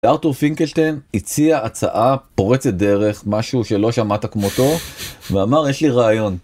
ארתור פינקלשטיין הציע הצעה, פורצת דרך, משהו שלא שמעת כמותו, ואמר, יש לי רעיון.